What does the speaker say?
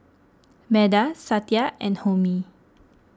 Medha Satya and Homi